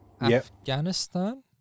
Afghanistan